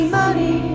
money